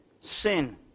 sin